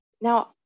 now